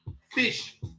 fish